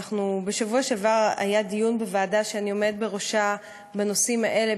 בשבוע שעבר היה דיון בוועדה שאני עומדת בראשה בנושאים האלה,